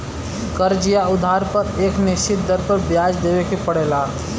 कर्ज़ या उधार पर एक निश्चित दर पर ब्याज देवे के पड़ला